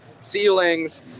ceilings